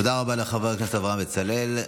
תודה רבה לחבר הכנסת אברהם בצלאל.